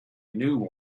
new